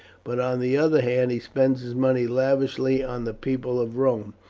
but on the other hand he spends his money lavishly on the people of rome,